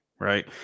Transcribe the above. right